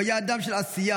הוא היה אדם של עשייה,